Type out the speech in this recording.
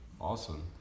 Awesome